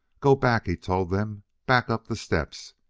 go back, he told them, back up the steps!